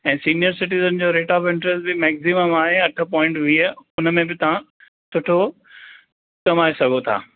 ऐं senior citizen जो rate of interest बि मैक्ज़ीमम आहे अठ पॉइंट वीह उन में बि तव्हां सुठो कमाए सघो था